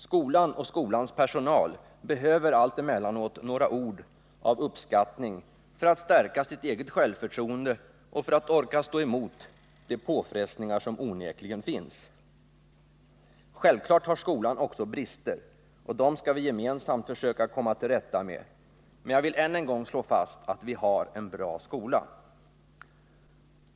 Skolan och skolans personal behöver allt emellanåt några ord av uppskattning för att stärka sitt eget självförtroende och för att orka stå emot de påfrestningar som onekligen finns. Självklart har skolan också brister, och dem skall vi gemensamt försöka komma till rätta med, men jag vill än en gång slå fast att vi har en bra skola.